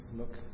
look